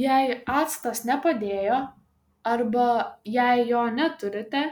jei actas nepadėjo arba jei jo neturite